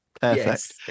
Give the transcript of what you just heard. perfect